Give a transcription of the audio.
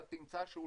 אתה תמצא שאולי,